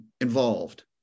involved